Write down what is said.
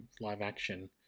live-action